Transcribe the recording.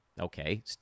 Okay